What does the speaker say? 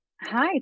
Hi